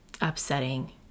upsetting